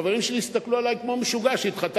החברים שלי הסתכלו עלי כמו משוגע שהתחתנתי